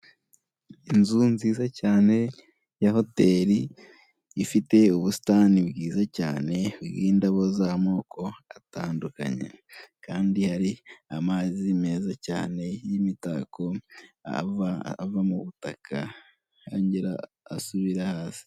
Inzu nziza cyane ya hoteri ifite ubusitani bwiza cyane bw'indabo z'amoko atandukanye; kandi hari amazi meza cyane y'imitako ava mu butaka yongera asubira hasi.